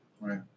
Right